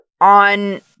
on